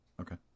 okay